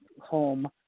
Home